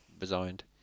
resigned